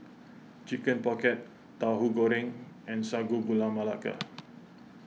Chicken Pocket Tauhu Goreng and Sago Gula Melaka